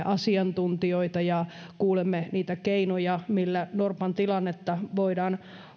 asiantuntijoita ja kuulemme niitä keinoja joilla norpan tilannetta voidaan